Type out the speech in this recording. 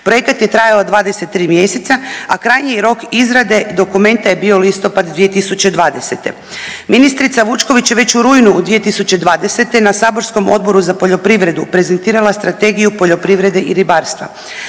Projekat je trajao 23 mjeseca, a krajnji rok izrade dokumenta je bio listopad 2020.. Ministrica Vučković je već u rujnu u 2020. na saborskom Odboru za poljoprivredu prezentirala Strategiju poljoprivrede i ribarstva.